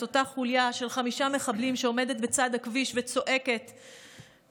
את אותה חוליה של חמישה מחבלים שעומדת בצד הכביש וצועקת בשאגות: